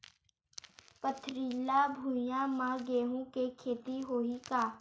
पथरिला भुइयां म गेहूं के खेती होही का?